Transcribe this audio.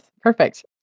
Perfect